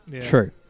True